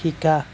শিকা